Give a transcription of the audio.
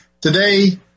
Today